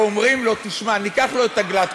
ואומרים לו: תשמע, ניקח לו את הגלאט-כשר,